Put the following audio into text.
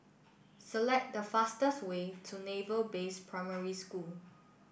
select the fastest way to Naval Base Primary School